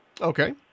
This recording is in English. Okay